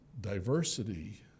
diversity